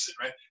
right